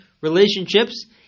relationships